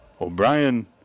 O'Brien